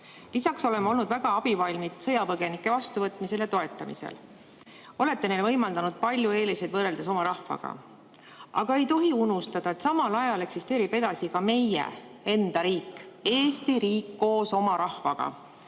Lisaks oleme olnud väga abivalmid sõjapõgenike vastuvõtmisel ja toetamisel. Olete neile võimaldanud palju eeliseid võrreldes oma rahvaga. Aga ei tohi unustada, et samal ajal eksisteerib edasi ka meie enda riik, Eesti riik koos oma rahvaga.